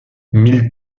mille